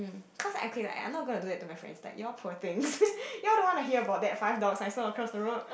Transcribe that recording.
cause okay like I'm not gonna do that to my friends like y'all poor thing y'all don't want to hear that five dogs I saw across the road